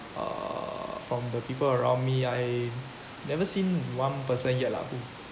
uh from the people around me I never seen one person yet lah who